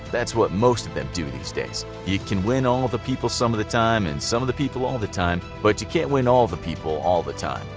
that's what most of them do these days. you can win all the people some of the time and some of the people all the time, but you cannot win all the people all the time.